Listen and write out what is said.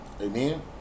Amen